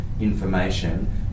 information